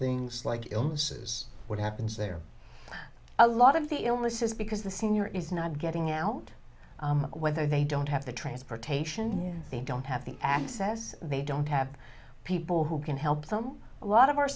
things like illnesses what happens there a lot of the illnesses because the senior is not getting out whether they don't have the transportation they don't have the access they don't have people who can help them a lot of our